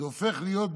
והוא הופך להיות,